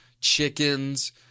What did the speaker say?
chickens